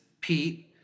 pete